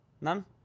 None